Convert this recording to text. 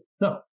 No